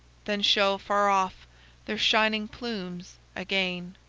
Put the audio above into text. then show far off their shining plumes again.